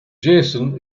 jason